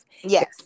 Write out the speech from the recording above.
Yes